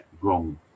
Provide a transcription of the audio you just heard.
wrong